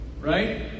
Right